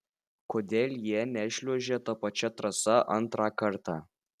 kodėl jie nešliuožė ta pačia trasa antrą kartą